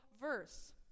verse